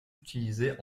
utilisée